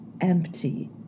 empty